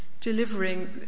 delivering